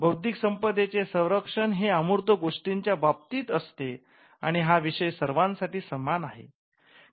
बौद्धिक संपदेचे संरक्षण हे अमूर्त गोष्टींच्या बाबतीत असते आणि हा विषय सर्वांसाठी समान आहे